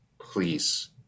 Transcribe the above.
Please